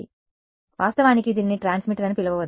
కాబట్టి వాస్తవానికి దీనిని ట్రాన్స్మిటర్ అని పిలవవద్దు